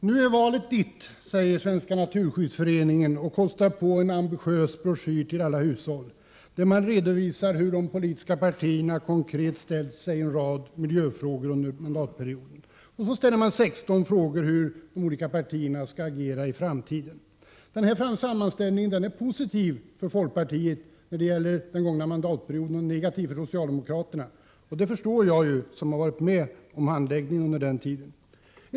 Herr talman! Nu är valet ditt, säger Svenska naturskyddsföreningen och kostar på en ambitiös broschyr till alla hushåll. Där redovisas de politiska partiernas konkreta uppfattning i en rad miljöfrågor under mandatperioden. Det ställs 16 frågor om hur de olika partierna skall agera i framtiden. När det gäller den gångna mandatperioden är denna sammanställning positiv för folkpartiet och negativ för socialdemokraterna, vilket ju jag, som varit med om handläggningen under denna tid, förstår.